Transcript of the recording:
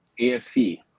AFC